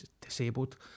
disabled